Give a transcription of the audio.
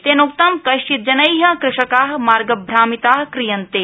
तेनोक्तम् कैश्चित् जनै कृषका मार्गभामिता क्रियन्ते